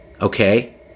okay